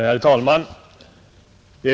Herr talman!